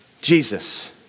Jesus